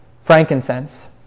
frankincense